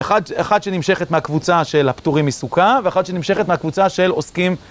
אחת שנמשכת מהקבוצה של הפטורים מסוכה, ואחת שנמשכת מהקבוצה של עוסקים...